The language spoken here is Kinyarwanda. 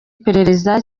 perereza